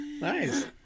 Nice